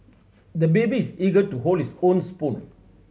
the baby is eager to hold his own spoon